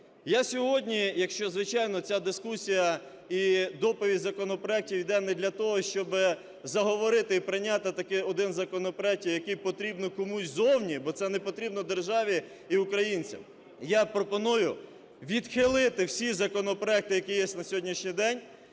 Я сьогодні, якщо, звичайно, ця дискусія і доповідь законопроектів іде не для того, щоби заговорити і прийняти один з законопроектів, який потрібно комусь ззовні, бо це не потрібно державі і українцям, я пропоную відхилити всі законопроекти, які є на сьогоднішній день.